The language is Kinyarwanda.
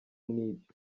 n’ibyo